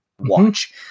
watch